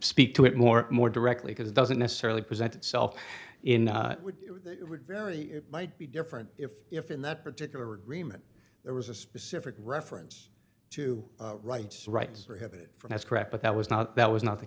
speak to it more more directly because it doesn't necessarily present itself in a very it might be different if if in that particular agreement there was a specific reference to rights rights or have it from that's correct but that was not that was not the